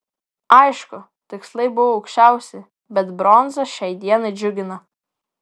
aišku tikslai buvo aukščiausi bet bronza šiai dienai džiugina